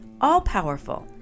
all-powerful